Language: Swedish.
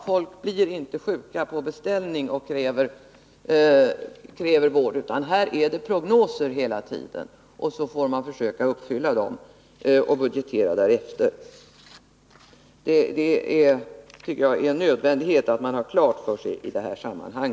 Folk blir inte sjuka på beställning. Här är det hela tiden fråga om prognoser, som man får försöka uppfylla och budgetera därefter. Det är i detta sammanhang en nödvändighet att man har detta klart för sig.